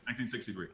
1963